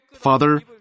Father